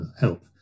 help